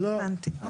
הבנתי.